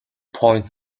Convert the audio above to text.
point